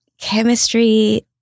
chemistry